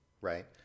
right